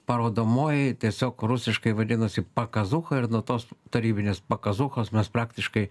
parodomoji tiesiog rusiškai vadinasi pakazucha ir nuo tos tarybinės pakazuchos mes praktiškai